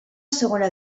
segona